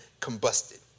combusted